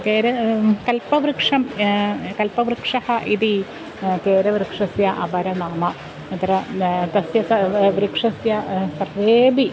केर कल्पवृक्षः कल्पवृक्षः इति केरवृक्षस्य अपरं नाम अत्र तस्य व वृक्षस्य सर्वेपि